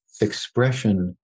expression